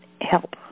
help